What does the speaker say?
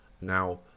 Now